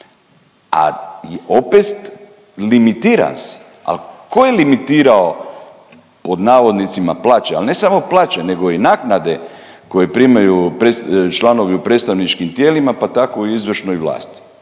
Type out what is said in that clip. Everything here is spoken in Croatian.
a opet, limitiran si, ali tko je limitirao, pod navodnicima, plaće, ali ne samo plaće, nego i naknade koje primaju članovi u predstavničkim tijelima, pa tako i u izvršnoj vlasti?